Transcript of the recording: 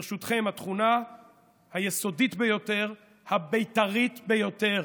ברשותכם, התכונה היסודית ביותר, הבית"רית ביותר,